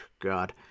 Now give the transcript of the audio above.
god